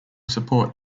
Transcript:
support